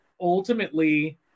ultimately